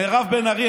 מירב בן ארי,